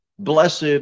Blessed